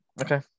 okay